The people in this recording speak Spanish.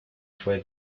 fue